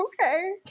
Okay